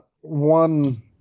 one